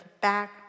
back